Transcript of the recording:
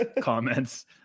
comments